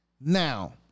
Now